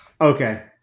Okay